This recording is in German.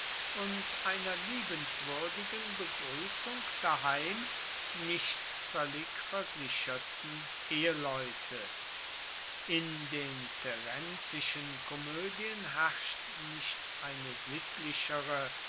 und einer liebenswürdigen begrüßung daheim nicht völlig versicherten eheleute in den terenzischen komödien herrscht nicht eine sittlichere